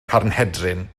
carnhedryn